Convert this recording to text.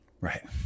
Right